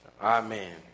Amen